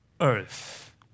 earth